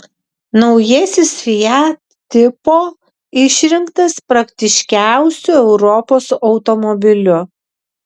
naujasis fiat tipo išrinktas praktiškiausiu europos automobiliu